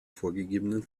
vorgegebenen